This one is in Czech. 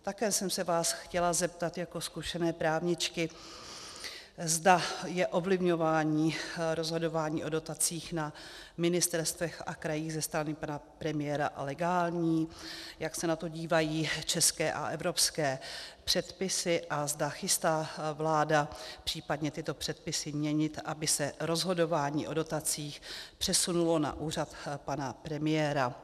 Také jsem se vás chtěla zeptat jako zkušené právničky, zda je ovlivňování rozhodování o dotacích na ministerstvech a krajích ze strany pana premiéra legální, jak se na to dívají české a evropské předpisy a zda chystá vláda případně tyto předpisy měnit, aby se rozhodování o dotacích přesunulo na úřad pana premiéra.